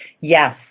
Yes